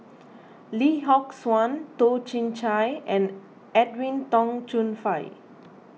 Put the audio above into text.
Lee Yock Suan Toh Chin Chye and Edwin Tong Chun Fai